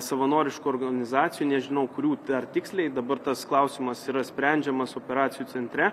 savanoriškų organizacijų nežinau kurių dar tiksliai dabar tas klausimas yra sprendžiamas operacijų centre